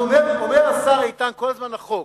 אז אומר השר איתן כל הזמן: החוק.